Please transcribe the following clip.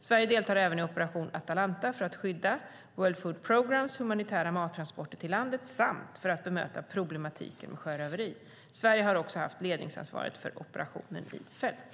Sverige deltar även i Operation Atalanta för att skydda World food programs humanitära mattransporter till landet samt för att bemöta problematiken med sjöröveri. Sverige har också haft ledningsansvaret för operationen i fält.